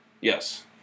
Yes